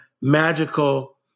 magical